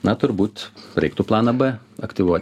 na turbūt reiktų planą b aktyvuot